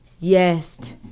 Yes